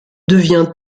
devient